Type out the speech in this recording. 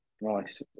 Nice